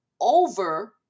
over